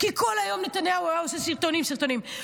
כי כל היום נתניהו היה עושה סרטונים, סרטונים.